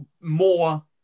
more